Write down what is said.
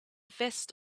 vest